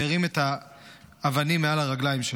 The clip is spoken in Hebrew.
והרים את האבנים מעל הרגליים שלו.